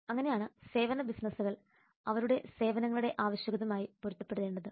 അങ്ങനെയാണ് സേവന ബിസിനസുകൾ അവരുടെ സേവനങ്ങളുടെ ആവശ്യകതയുമായി പൊരുത്തപ്പെടേണ്ടത്